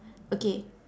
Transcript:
okay